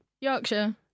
Yorkshire